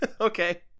Okay